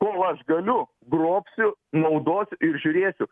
kol aš galiu grobsiu naudos ir žiūrėsiu